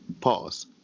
Pause